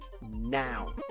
now